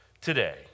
today